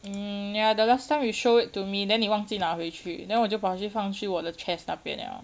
mm ya the last time you show it to me then 你忘记拿回去 then 我就跑去放去我的 chest 那边 liao